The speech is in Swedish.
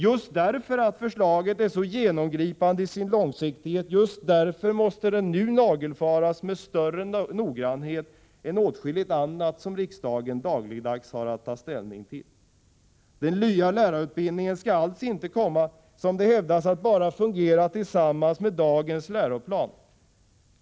Just därför att förslaget är så genomgripande i sin långsiktighet, just därför måste det nu nagelfaras med större noggrannhet än åtskilligt annat som riksdagen dagligdags har att ta ställning till. Den nya lärarutbildningen skall alls inte komma, som det har hävdats, att kunna fungera bara tillsammans med dagens läroplan.